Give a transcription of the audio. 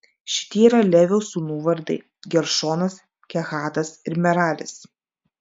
šitie yra levio sūnų vardai geršonas kehatas ir meraris